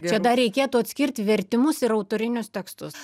čia dar reikėtų atskirt vertimus ir autorinius tekstus